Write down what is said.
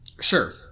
Sure